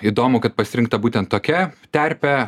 įdomu kad pasirinkta būtent tokia terpė